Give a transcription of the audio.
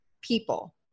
people